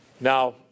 Now